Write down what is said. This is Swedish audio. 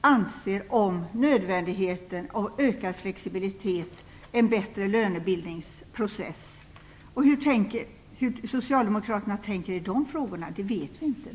anser om nödvändigheten av ökad flexibilitet och en bättre lönebildningsprocess? Hur socialdemokraterna tänker i de frågorna vet vi inte.